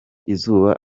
izuba